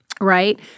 Right